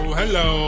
hello